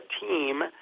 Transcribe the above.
team